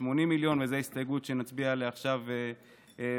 ל-80 מיליון, וזו הסתייגות שנצביע עליה עכשיו בעד.